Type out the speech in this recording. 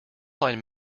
find